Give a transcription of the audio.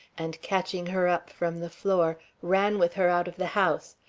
and catching her up from the floor, ran with her out of the house.